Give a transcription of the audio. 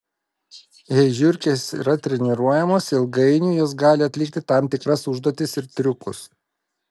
jei žiurkės yra treniruojamos ilgainiui jos gali atlikti tam tikras užduotis ir triukus